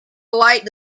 light